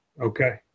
Okay